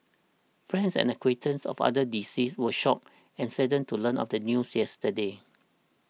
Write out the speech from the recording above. friends and acquaintances of other deceased were shocked and saddened to learn of the news yesterday